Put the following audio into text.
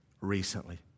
recently